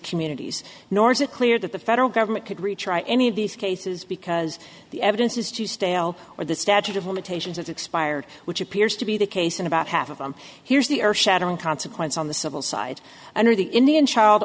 communities nor is it clear that the federal government could reach any of these cases because the evidence is too stale or the statute of limitations has expired which appears to be the case in about half of them here's the earth shattering consequence on the civil side under the indian child